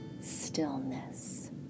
stillness